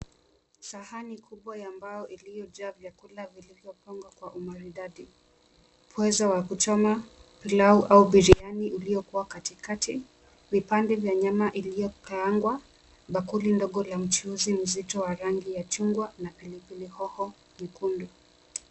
Sahani kubwa ya mbao iliyojaa vyakula vilivyopangwa kwa umaridadi, pweza wa kuchoma, pilau au biriani iliyokuwa katikati, vipande vya nyama iliyokaangwa, bakuli ndogo la mchuzi mzito wa rangi ya chungwa na pilipili hoho nyekundu.